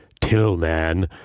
Tillman